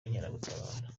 w’inkeragutabara